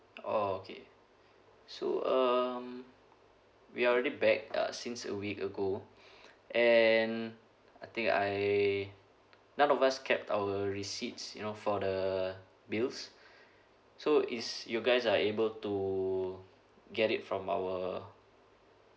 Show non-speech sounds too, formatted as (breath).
oh okay so um we're already back uh since a week ago (breath) and I think I none of us kept our receipts you know for the bills so is you guys are able to get it from our